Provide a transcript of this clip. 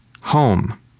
Home